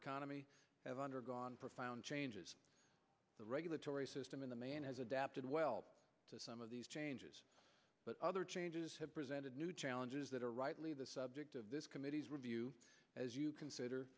economy have undergone profound changes the regulatory system in the man has adapted well to some of these changes but other changes have presented new challenges that are rightly the subject of this committee's review as you consider